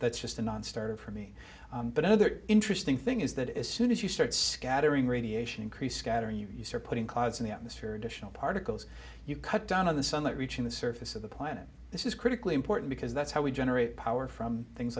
that's just a nonstarter for me but another interesting thing is that as soon as you start scattering radiation increase scattering you use are putting cars in the atmosphere additional particles you cut down on the sunlight reaching the surface of the planet this is critically important because that's how we generate power from things